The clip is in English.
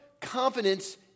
confidence